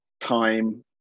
time